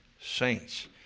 saints